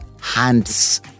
hands